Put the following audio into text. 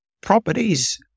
Properties